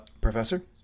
professor